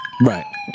Right